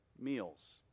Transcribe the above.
meals